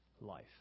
life